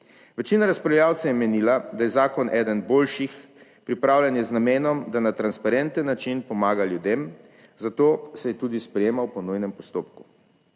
Večina razpravljavcev je menilo, da je zakon eden boljših. Pripravljen je z namenom, da na transparenten način pomaga ljudem, zato se je tudi sprejemal po nujnem postopku.